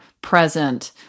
present